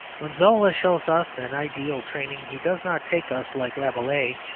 when zola shows us an ideal training he does not take us, like rabelais,